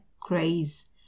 craze